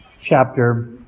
chapter